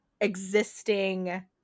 existing